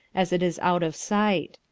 as it is out of sight.